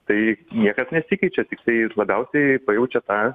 tai niekas nesikeičia tiktai jūs labiausiai pajaučiat tą